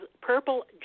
purple